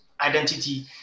identity